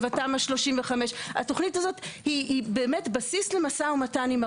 שבאתי לומר הבדואים ודאי חיו ונדדו בנגב לאורך שנים רבות.